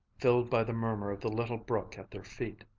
filled by the murmur of the little brook at their feet.